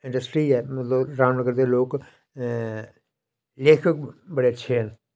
industry ऐ रामनगर दे लोक लेखक बड़े अच्छे न